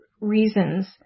reasons